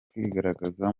kwigaragaza